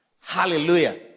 Hallelujah